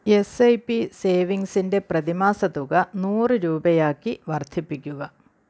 S I P സേവിങ്സിൻ്റെ പ്രതിമാസ തുക നൂറ് രൂപയാക്കി വർദ്ധിപ്പിക്കുക